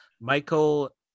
Michael